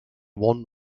one